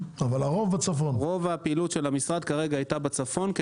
רוב הפעילות של המשרד כרגע הייתה בצפון,